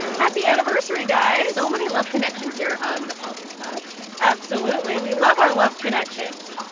happy anniversary, guys so many love connections here on the politics pod absolutely, we love our love connections.